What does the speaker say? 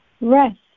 rest